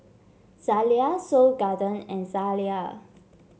Zalia Seoul Garden and Zalia